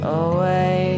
away